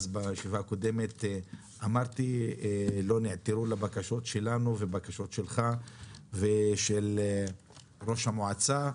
בישיבה הקודמת אמרתי שלא נעתרו לבקשות שלנו ולבקשות שלך ושל ראש המועצה.